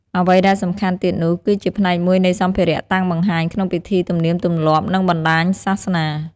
អ្វីដែលសំខាន់ទៀតនោះគឺជាផ្នែកមួយនៃសម្ភារៈតាំងបង្ហាញក្នុងពិធីទំនៀមទម្លាប់ និងបណ្តាញសាសនា។